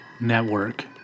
network